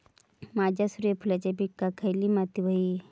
माझ्या सूर्यफुलाच्या पिकाक खयली माती व्हयी?